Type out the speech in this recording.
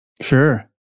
Sure